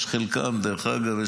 דרך אגב,